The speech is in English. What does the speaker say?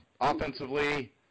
offensively